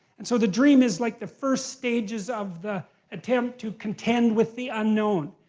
and so the dream is like the first stages of the attempt to contend with the unknown.